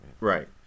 Right